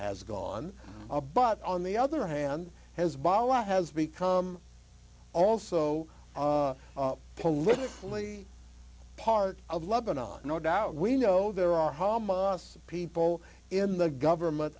has gone up but on the other hand hezbollah has become also politically part of lebanon no doubt we know there are hamas people in the government